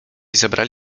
zabrali